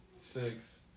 six